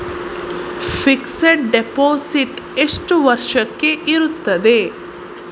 Fixed deposit ಎಷ್ಟು ವರ್ಷಕ್ಕೆ ಇರುತ್ತದೆ?